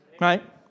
Right